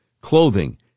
clothing